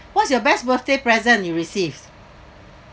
what's your best birthday present you received